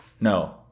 no